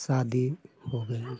शादी हो गई